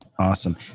Awesome